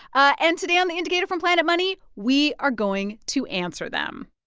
ah and today on the indicator from planet money, we are going to answer them.